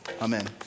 Amen